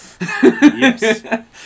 Yes